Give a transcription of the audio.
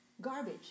garbage